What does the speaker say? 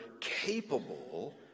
capable